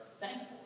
thankful